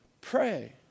pray